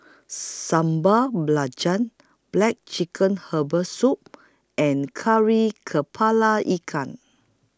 Sambal Belacan Black Chicken Herbal Soup and Kari Kepala Ikan